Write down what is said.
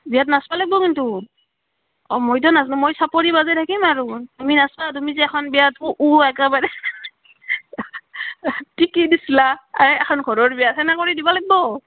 বিয়াত নাচবা লাগবো কিন্তু অঁ মইতো নাজনো মই চাপৰি বজাই থাকিম আৰু তুমি নাচবা তুমি যে এখন বিয়াত ও একেবাৰে কি কি দিচলা আৰে এইখন ঘৰৰ বিয়া সেনেকে কৰি দিবা লাগ্ব